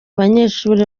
banyeshuri